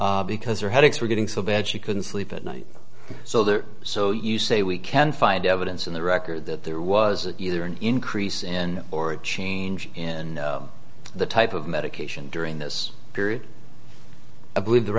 because her headaches were getting so bad she couldn't sleep at night so there so you say we can find evidence in the record that there was either an increase in or change in the type of medication during this period believe the